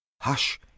Hush